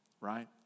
right